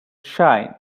shine